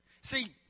See